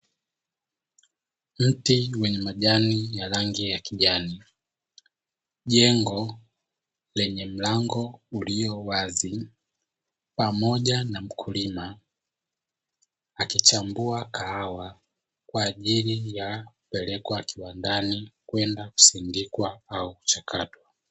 Mti wenye majani ya rangi ya kijani. Jengo lenye mlango uliowazi pamoja na mkulima akichambua kahawa kwaajili ya kupelekwa kiwandani kwenda kusindikwa au kuchakatwa.